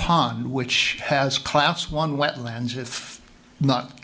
pond which has class one wetlands if not